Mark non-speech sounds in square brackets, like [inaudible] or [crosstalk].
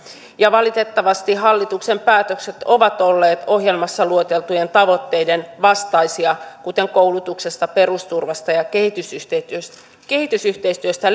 ja valitettavasti hallituksen päätökset ovat olleet ohjelmassa lueteltujen tavoitteiden vastaisia kuten koulutuksesta perusturvasta ja kehitysyhteistyöstä kehitysyhteistyöstä [unintelligible]